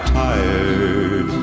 tired